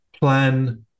plan